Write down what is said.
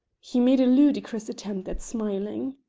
he made a ludicrous attempt at smiling.